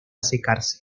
secarse